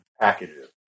packages